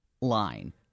line